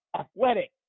athletic